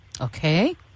Okay